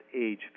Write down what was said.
age